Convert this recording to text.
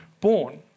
born